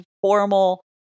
formal